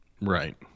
Right